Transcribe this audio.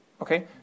Okay